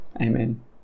Amen